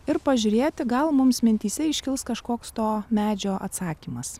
ir pažiūrėti gal mums mintyse iškils kažkoks to medžio atsakymas